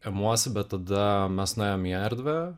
imuosi bet tada mes nuėjom į erdvę